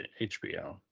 HBO